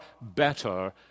better